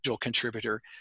contributor